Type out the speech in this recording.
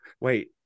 wait